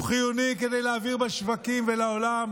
הוא חיוני כדי להעביר בשווקים ולעולם